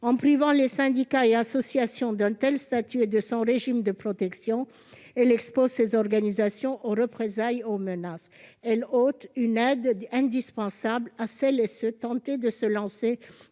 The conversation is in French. En privant les syndicats et associations d'un tel cadre juridique et de son régime de protection, elle expose ces organisations aux représailles et aux menaces. Elle supprime une aide indispensable à celles et à ceux qui sont tentés de se lancer